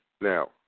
Now